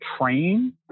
train